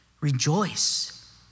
rejoice